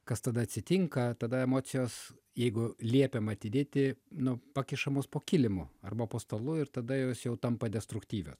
kas tada atsitinka tada emocijos jeigu liepiama atidėti nu pakišamos po kilimu arba po stalu ir tada jos jau tampa destruktyvios